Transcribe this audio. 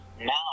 now